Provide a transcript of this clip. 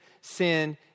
sin